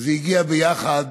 והגיע יחד